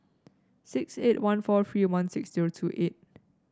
six eight one four three one six two eight